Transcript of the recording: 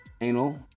Anal